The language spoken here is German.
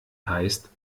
heißt